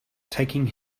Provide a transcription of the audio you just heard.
taking